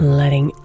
letting